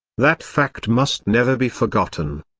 that fact must never be forgotten.